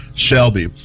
Shelby